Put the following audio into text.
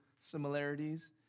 similarities